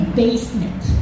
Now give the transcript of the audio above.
basement